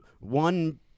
one